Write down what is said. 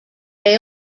they